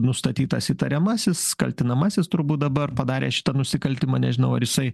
nustatytas įtariamasis kaltinamasis turbūt dabar padarė šitą nusikaltimą nežinau ar jisai